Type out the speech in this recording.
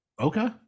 Okay